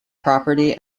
property